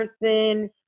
person